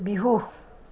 Bihu